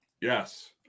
yes